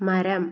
മരം